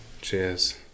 Cheers